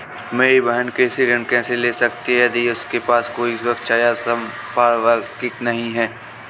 मेरी बहिन कृषि ऋण कैसे ले सकती है यदि उसके पास कोई सुरक्षा या संपार्श्विक नहीं है?